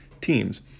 teams